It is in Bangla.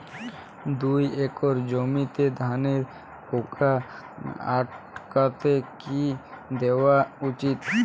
দুই একর জমিতে ধানের পোকা আটকাতে কি দেওয়া উচিৎ?